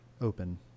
open